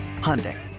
Hyundai